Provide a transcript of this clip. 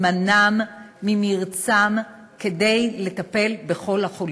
מזמנם, ממרצם, כדי לטפל בכל החולים,